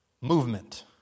Movement